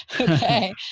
okay